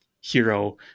hero